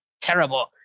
terrible